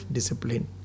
Discipline